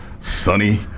sunny